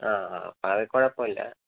ആ ആ അപ്പം അത് കുഴപ്പമില്ല